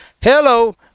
Hello